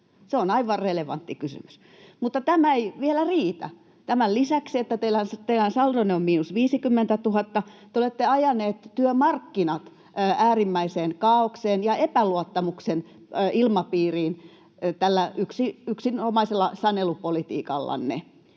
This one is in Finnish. Se on aivan relevantti kysymys. Mutta tämä ei vielä riitä. Tämän lisäksi, että teidän saldonne on miinus 50 000, te olette ajaneet työmarkkinat äärimmäiseen kaaokseen ja epäluottamuksen ilmapiiriin tällä yksinomaisella sanelupolitiikallanne.